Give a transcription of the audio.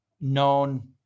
known